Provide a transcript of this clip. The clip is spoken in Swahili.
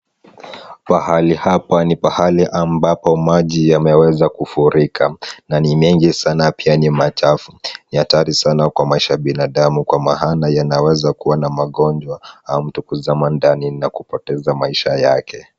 Pahali hapa ni pahali ambapo maji yameweza kufurika, na ni mengi sana pia ni machafu. Ni hatari sana kwa maisha ya binadamu kwa maana yanaweza kuwa na magonjwa, au mtu kuzama ndani na kupoteza maisha yake.